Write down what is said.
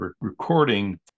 recording